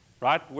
right